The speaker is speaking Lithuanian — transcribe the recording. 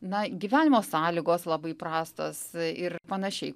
na gyvenimo sąlygos labai prastos ir panašiai